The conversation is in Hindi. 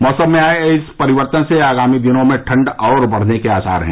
मौसम में आये इस परिवर्तन से आगामी दिनों में ठंड और बढ़ने के आसार हैं